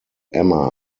emma